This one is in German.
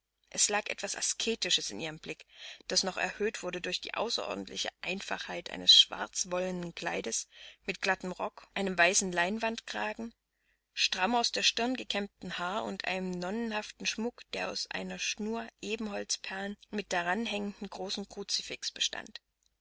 es lag etwas asketisches in ihrem blick das noch erhöht wurde durch die außerordentliche einfachheit eines schwarzwollenen kleides mit glattem rock einem weißen leinewandkragen stramm aus der stirn gekämmtem haar und einem nonnenhaften schmuck der aus einer schnur ebenholzperlen mit daranhängendem großen kruzifix bestand